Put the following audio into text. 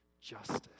justice